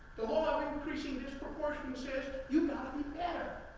the law of increasing disproportion says you got to be better,